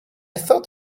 thought